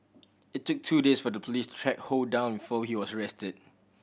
it took two days for the police to track Ho down before he was arrested